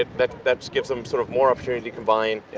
ah that gives them sort of more opportunity to combine,